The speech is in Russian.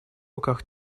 руках